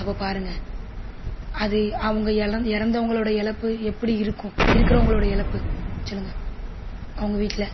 அப்போ பாருங்கள் அது அவங்க இறந்த இறந்தவங்களுடைய இலப்பு எப்படி இருக்கும் இருக்கிறவங்களுடைய இலப்பு சொல்லுங்கள் அவங்க வீட்டில்